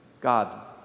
God